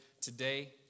today